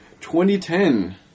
2010